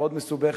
מאוד מסובכת,